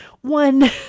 one